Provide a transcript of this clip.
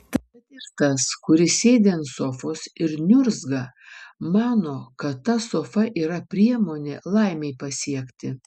tad ir tas kuris sėdi ant sofos ir niurzga mano kad ta sofa yra priemonė laimei pasiekti